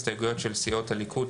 הסתייגויות של סיעות הליכוד,